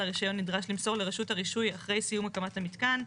הרישיון נדרש למסור לרשות הרישוי אחרי סיום הקמת המתקן.